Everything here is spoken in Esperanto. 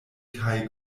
kaj